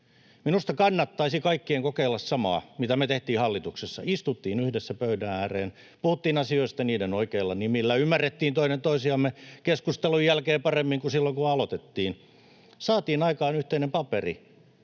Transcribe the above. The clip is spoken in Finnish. Minusta kaikkien kannattaisi kokeilla samaa, mitä me tehtiin hallituksessa: istuttiin yhdessä pöydän ääreen, puhuttiin asioista niiden oikeilla nimillä, ymmärrettiin toinen toisiamme keskustelun jälkeen paremmin kuin silloin kun aloitettiin. Saatiin aikaan yhteinen paperi,